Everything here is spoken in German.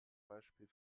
beispiel